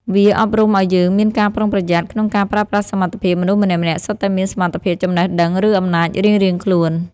វាអប់រំអោយយើងមានការប្រុងប្រយ័ត្នក្នុងការប្រើប្រាស់សមត្ថភាព មនុស្សម្នាក់ៗសុទ្ធតែមានសមត្ថភាព ចំណេះដឹង ឬអំណាចរៀងៗខ្លួន។